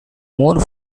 more